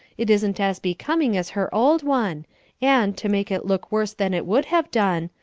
it isn't as becoming as her old one and, to make it look worse than it would have done,